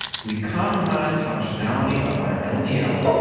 we compromise functionality of our and ldl,